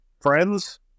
friends